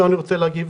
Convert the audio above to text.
אני רוצה להגיב